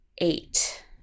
eight